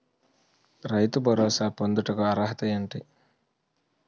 రైతు భరోసా పొందుటకు అర్హత ఏంటి?